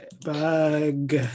bug